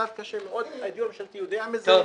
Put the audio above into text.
הדיור הממשלתי יודע מזה.